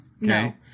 No